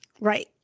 Right